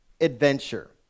adventure